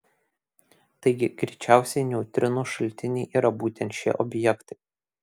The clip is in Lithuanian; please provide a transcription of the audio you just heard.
taigi greičiausiai neutrinų šaltiniai yra būtent šie objektai